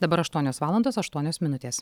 dabar aštuonios valandos aštuonios minutės